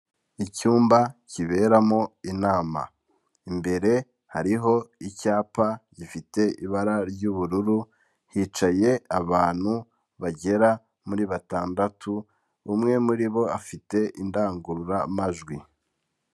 Icyumba kiberamo inama. Imbere hariho icyapa gifite ibara ry'ubururu, hicaye abantu bagera muri batandatu, umwe muri bo afite indangururamajwi.